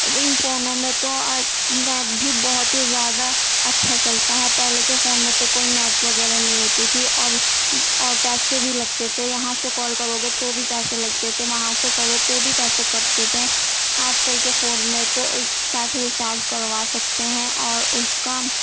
ان فونوں میں تو نیٹ بھی بہت ہی زیادہ اچھا چلتا ہے پہلے کے فون میں تو کوئی نیٹ وغیرہ نہیں ہوتی تھی اور اور پیسے بھی لگتے تھے یہاں سے کال کرو گے تو بھی پیسے لگتے تھے وہاں سے کرو تو بھی پیسے کٹتے تھے آج کل کے فون میں تو ایک ساتھ ریچارج کروا سکتے ہیں اور اس کا